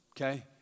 okay